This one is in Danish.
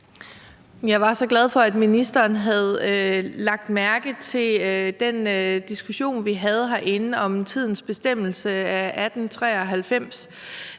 Jeg var så glad for, at ministeren havde lagt mærke til den diskussion, vi havde herinde, om lov om tidens bestemmelse af 1893.